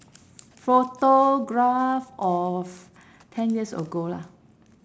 photograph of ten years ago lah